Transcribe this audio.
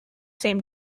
same